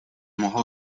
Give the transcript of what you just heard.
mohlo